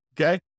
Okay